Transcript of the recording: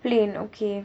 plain okay